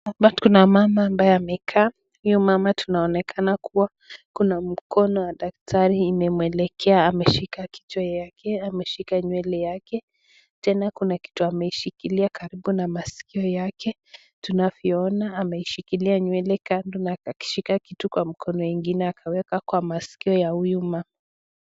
Hapa kuna mama ambaye amekaa nyuma, na mama tunaonekana kuwa kuna mkono wa daktari unamuelekea, ameshika kichwa yake, ameshika nywele yake. Tena kuna kitu ameshikilia karibu na masikio yake. Tunavyoona ameshikilia nywele kando na akishika kitu kwa mkono mwingine akaweka kwa masikio ya huyu mama.